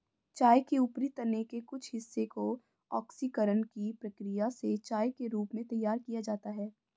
चाय के ऊपरी तने के कुछ हिस्से को ऑक्सीकरण की प्रक्रिया से चाय के रूप में तैयार किया जाता है